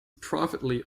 privately